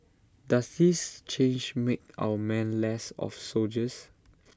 does this change make our men less of soldiers